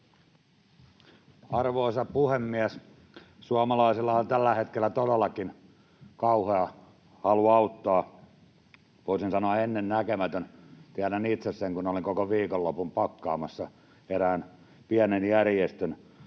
Arvoisa puhemies! Suomalaisilla on tällä hetkellä todellakin kauhea halu auttaa, voisin sanoa ennennäkemätön. Tiedän itse sen, kun olin koko viikonlopun pakkaamassa erään pienen järjestön